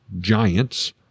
giants